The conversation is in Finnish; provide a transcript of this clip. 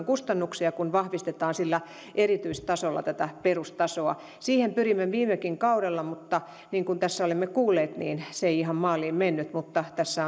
kustannuksia kun vahvistetaan sillä erityistasolla tätä perustasoa siihen pyrimme viimekin kaudella mutta niin kuin tässä olemme kuulleet se ei ihan maaliin mennyt mutta tässä